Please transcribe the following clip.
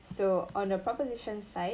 so on a proposition side